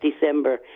December